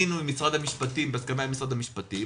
בהסכמה עם משרד המשפטים,